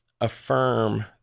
affirm